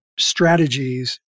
Strategies